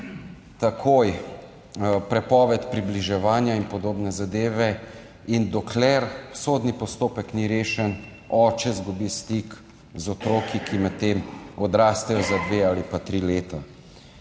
takoj prepoved približevanja in podobne zadeve in dokler sodni postopek ni rešen, oče izgubi stik z otroki, ki med tem odrastejo za dve ali pa tri leta.